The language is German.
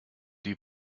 die